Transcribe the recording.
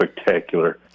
spectacular